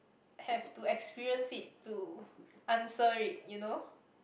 have to experience it to answer it you know